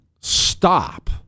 stop